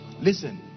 Listen